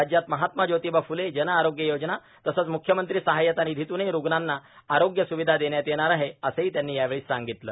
राज्यात महात्मा ज्योतिबा फ़्ले जनआरोग्य योजना तसंच म्रख्यमंत्री सहायता निधीतुनही रूग्णांना आरोग्य सुविधा देण्यात येत आहे असंही त्यांनी यावेळी सांगितलं